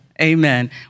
Amen